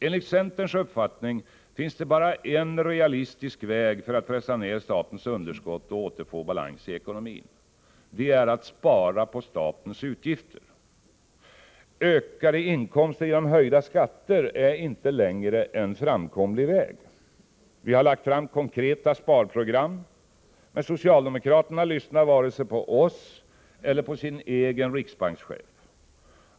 Enligt centerns uppfattning finns det bara en realistisk väg för att pressa ned statens underskott och återfå balans i ekonomin. Det är att spara på statens utgifter. Ökade inkomster genom höjda skatter är inte längre en framkomlig väg. Vi har lagt fram konkreta sparprogram, men socialdemokraterna lyssnar inte vare sig på oss eller på sin egen riksbankschef.